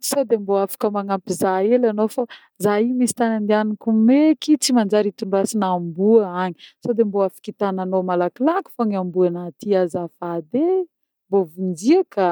sô de mbô afaka magnampy zah hely anô fô? Zah io misy tany andienako meky tsy manjary hitondrasana amboa agny, sô de mbô afaka itagnanô malakilaky fô i amboa anah ty azafady ee? Mbô vonjeo ka.